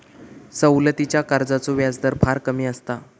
सवलतीच्या कर्जाचो व्याजदर फार कमी असता